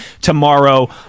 tomorrow